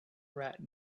rat